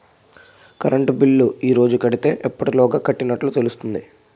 Current bill ఈ రోజు కడితే ఎప్పటిలోగా కట్టినట్టు తెలుస్తుంది?